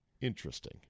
Interesting